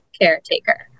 caretaker